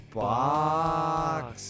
box